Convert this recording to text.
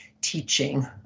teaching